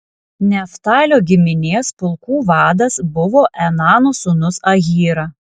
neftalio giminės pulkų vadas buvo enano sūnus ahyra